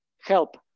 help